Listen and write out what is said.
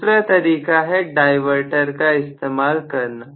दूसरा तरीका है डायवर्टर का इस्तेमाल करना